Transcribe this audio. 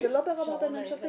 זה לא ברמה בין ממשלתי